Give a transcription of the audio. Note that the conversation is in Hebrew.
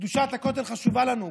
קדושת הכותל חשובה לנו.